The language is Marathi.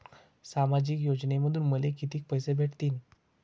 सामाजिक योजनेमंधून मले कितीक पैसे भेटतीनं?